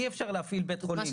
כך הוא יישאר לעתיד לבוא.